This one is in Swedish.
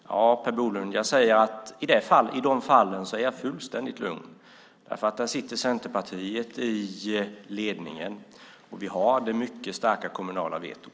Jag säger att jag är fullständigt lugn i dessa fall eftersom Centerpartiet där sitter i ledningen, och vi har det mycket starka kommunala vetot.